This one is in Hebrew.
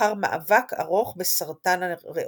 לאחר מאבק ארוך בסרטן הריאות.